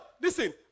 Listen